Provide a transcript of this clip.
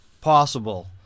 possible